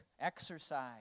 exercise